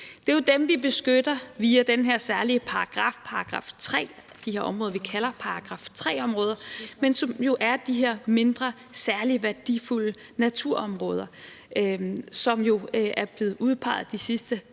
Det er jo dem, vi beskytter via den her særlige paragraf, § 3 – de her områder, vi kalder § 3-områder, men som jo er de her mindre, særlig værdifulde naturområder, som jo er blevet udpeget de sidste